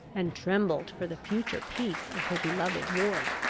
and trembled for the future peace of her beloved ward.